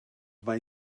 mae